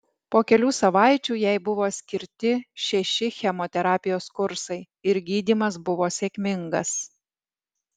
po kelių savaičių jai buvo skirti šeši chemoterapijos kursai ir gydymas buvo sėkmingas